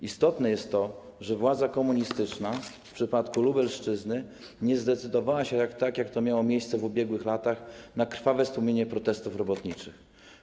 Istotne jest to, że władza komunistyczna w przypadku Lubelszczyzny nie zdecydowała się, tak jak to miało miejsce w ubiegłych latach, na krwawe stłumienie protestów robotniczych.